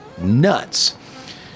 nuts